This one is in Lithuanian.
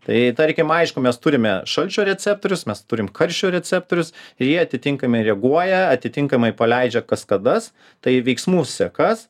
tai tarkim aišku mes turime šalčio receptorius mes turim karščio receptorius ir jie atitinkami reaguoja atitinkamai paleidžia kaskadas tai veiksmų sekas